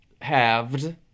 halved